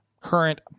current